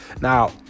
Now